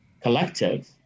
collective